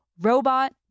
Robot